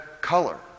color